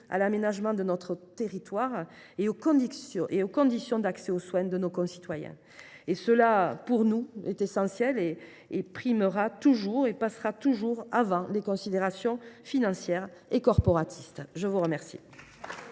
à l’aménagement de notre territoire et aux conditions d’accès aux soins de nos concitoyens. Cela, pour nous, est essentiel et primera toujours les considérations financières et corporatistes. La parole